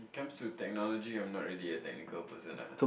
comes to technology I'm not really a technical person ah